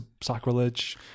sacrilege